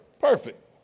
perfect